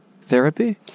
therapy